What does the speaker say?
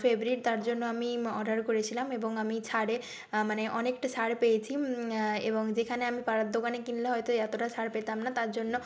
favourite তার জন্য আমি অর্ডার করেছিলাম এবং আমি ছাড়ে মানে অনেকটা ছাড় পেয়েছি এবং যেখানে আমি পাড়ার দোকানে কিনলে হয়তো এতটা ছাড় পেতাম না তার জন্য